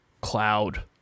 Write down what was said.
cloud